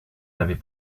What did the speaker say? n’avait